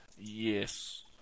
Yes